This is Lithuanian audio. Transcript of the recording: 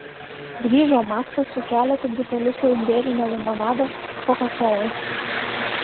grįžo maksas su keletu buteliukų imbierinio limonado kokakolos